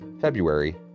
February